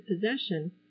possession